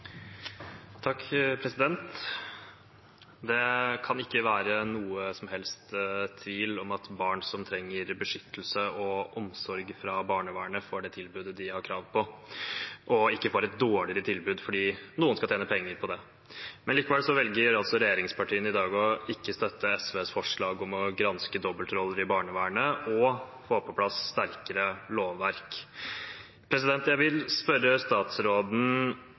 Det kan ikke være noen som helst tvil om at barn som trenger beskyttelse og omsorg fra barnevernet, får det tilbudet de har krav på, og ikke et dårligere tilbud fordi noen skal tjene penger på det. Likevel velger altså regjeringspartiene i dag ikke å støtte SVs forslag om å granske dobbeltroller i barnevernet og få på plass sterkere lovverk. Jeg vil spørre statsråden